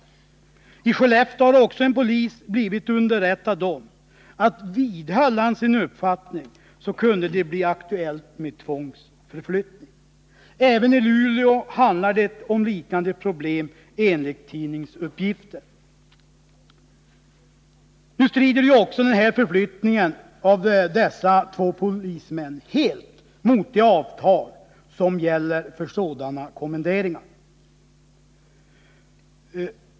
Också i Skellefteå har en polis blivit underrättad om att ifall han vidhåller sin uppfattning kunde det bli aktuellt med tvångsförflyttning. Även i Luleå är det liknande problem, enligt tidningsuppgifter. Förflyttningen av dessa två polismän strider helt mot det avtal som gäller för sådana kommenderingar.